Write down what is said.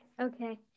Okay